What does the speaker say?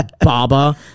Baba